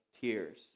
tears